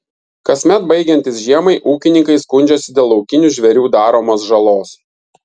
kasmet baigiantis žiemai ūkininkai skundžiasi dėl laukinių žvėrių daromos žalos